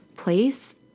place